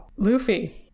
Luffy